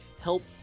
help